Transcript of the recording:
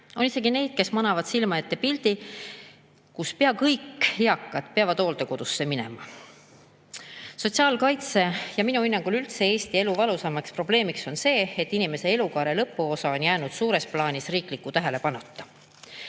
On isegi neid, kes manavad silme ette pildi, et pea kõik eakad peavad hooldekodusse minema. Sotsiaalkaitse ja minu hinnangul üldse Eesti elu valusaimaks probleemiks on see, et inimese elukaare lõpuosa on jäänud suures plaanis riikliku tähelepanuta.